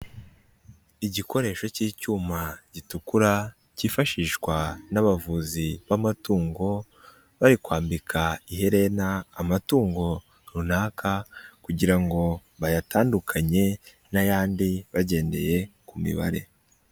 Igikoresho cy'icyuma gitukura, cyifashishwa n'abavuzi bamatungo, bari kwambika iherena amatungo runaka kugira ngo bayatandukan n'ayandi bagendeye ku mibare.